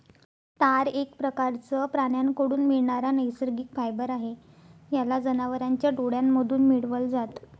तार एक प्रकारचं प्राण्यांकडून मिळणारा नैसर्गिक फायबर आहे, याला जनावरांच्या डोळ्यांमधून मिळवल जात